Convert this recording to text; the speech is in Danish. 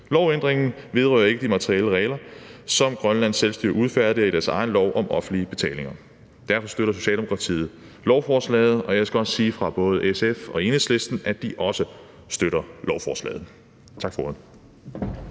Lovændringen vedrører ikke de materielle regler, som Grønlands selvstyre udfærdiger i deres egen lov om offentlige betalinger. Derfor støtter Socialdemokratiet lovforslaget, og jeg skal også sige fra både SF og Enhedslisten, at de også støtter lovforslaget. Tak for ordet.